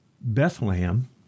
Bethlehem